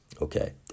okay